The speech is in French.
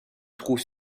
trouve